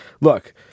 look